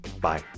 bye